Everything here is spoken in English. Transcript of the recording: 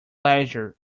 leisure